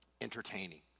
entertaining